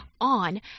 on